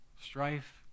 strife